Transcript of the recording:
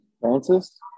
Francis